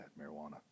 marijuana